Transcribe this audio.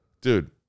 dude